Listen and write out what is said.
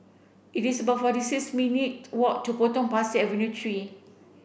it is about forty six minutes' walk to Potong Pasir Avenue three